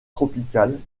tropicales